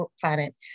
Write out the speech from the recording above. planet